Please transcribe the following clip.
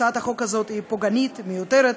הצעת החוק הזאת היא פוגענית ומיותרת,